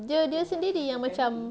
dia dia sendiri yang macam